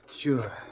Sure